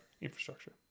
infrastructure